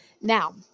now